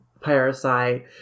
parasite